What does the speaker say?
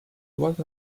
what